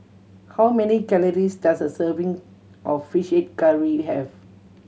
how many calories does a serving of Fish Head Curry have